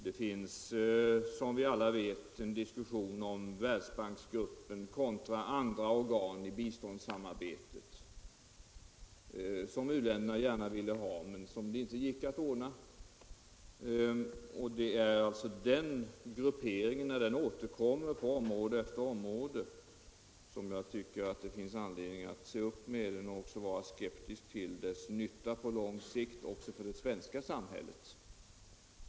Det förs, som alla vet, en diskussion om Världsbanksgruppen kontra andra organ i biståndssamarbetet, organ som u-länderna gärna ville ha men inte fick. Det är alltså den grupperingen, när den återkommer på område efter område, som jag tycker att det finns anledning att se upp med och också vara skeptisk mot när det gäller nyttan på lång sikt också för det svenska samhället.